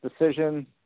decision